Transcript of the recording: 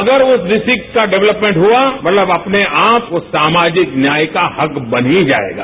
अगर उस डिस्ट्रिक्ट का डेवलपमेंट हुआ मतलब अपने आप वो सामाजिक न्याय का हब बन ही जाएगा